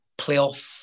playoff